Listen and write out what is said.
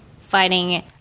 fighting